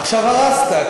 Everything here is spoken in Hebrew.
עכשיו הרסת.